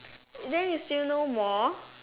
then you still know more